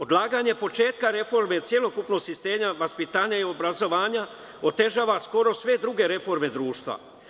Odlaganje početka reforme celokupnog sistema vaspitanja i obrazovanja, otežava skoro sve druge reforme društva.